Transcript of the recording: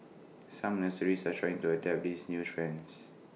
some nurseries are trying to adapt these new trends